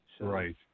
Right